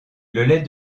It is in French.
lait